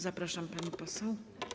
Zapraszam, pani poseł.